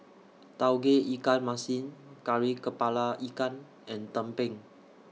Tauge Ikan Masin Kari Kepala Ikan and Tumpeng